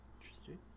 Interesting